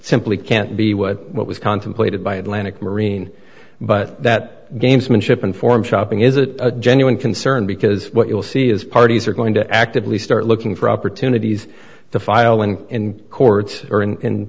simply can't be what what was contemplated by atlantic marine but that gamesmanship and form shopping is a genuine concern because what you'll see is parties are going to actively start looking for opportunities to file and in courts or in